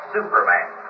Superman